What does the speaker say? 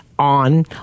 On